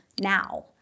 now